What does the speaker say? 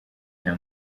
cya